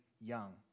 young